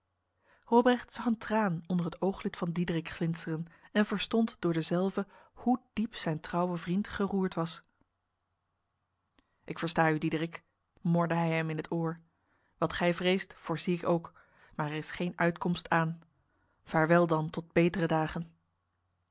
robrecht zag een traan onder het ooglid van diederik glinsteren en verstond door dezelve hoe diep zijn trouwe vriend geroerd was ik versta u diederik morde hij hem in het oor wat gij vreest voorzie ik ook maar er is geen uitkomst aan vaarwel dan tot betere dagen